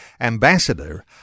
ambassador